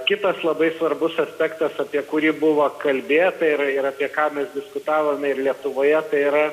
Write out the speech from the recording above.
kitas labai svarbus aspektas apie kurį buvo kalbėta ir ir apie ką mes diskutavome ir lietuvoje tai yra